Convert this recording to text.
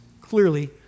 clearly